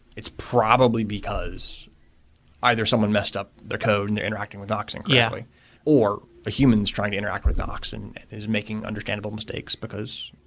it's probably because either someone messed up their code and they're interacting with nox and yeah currently, or a human is trying to interact with nox and is making understandable mistakes because